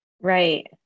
Right